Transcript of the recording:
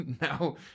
Now